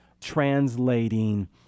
translating